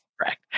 Correct